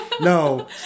No